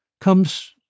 comes